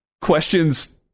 questions